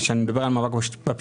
כשאני מדבר על מאבק בפשיעה,